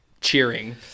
cheering